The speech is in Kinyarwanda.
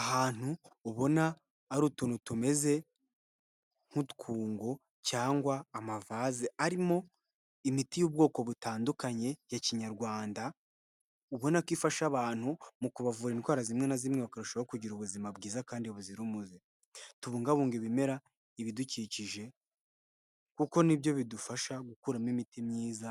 Ahantu ubona ari utuntu tumeze nk'utwungo cyangwa amavaze arimo imiti y'ubwoko butandukanye ya Kinyarwanda, ubona ko ifasha abantu mu kubavura indwara zimwe na zimwe bakarushaho kugira ubuzima bwiza kandi buzira umuze, tubungabunga ibimera, ibidukikije kuko nibyo bidufasha gukuramo imiti myiza